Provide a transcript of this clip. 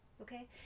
Okay